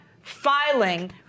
filing